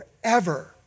forever